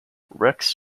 rex